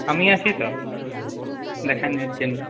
আমি আছি তো দেখানোর জন্য